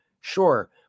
Sure